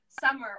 summer